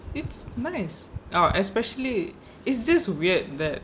it's nice oh especially it's just weird that